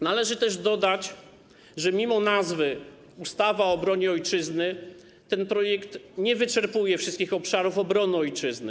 Należy też dodać, że mimo nazwy ˝Ustawa o obronie Ojczyzny˝ ten projekt nie wyczerpuje wszystkich obszarów obrony ojczyzny.